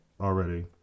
already